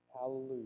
Hallelujah